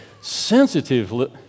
sensitive